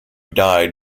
died